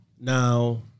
Now